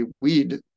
weed